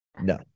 No